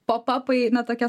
pop apai na tokios